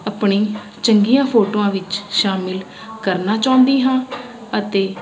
ਆਪਣੀ ਚੰਗੀਆਂ ਫੋਟੋਆਂ ਵਿੱਚ ਸ਼ਾਮਿਲ ਕਰਨਾ ਚਾਹੁੰਦੀ ਹਾਂ ਅਤੇ